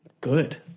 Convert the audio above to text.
good